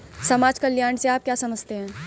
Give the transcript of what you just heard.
समाज कल्याण से आप क्या समझते हैं?